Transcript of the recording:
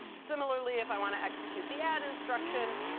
similarly, if i want to execute the add instruction,